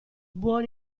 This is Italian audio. buon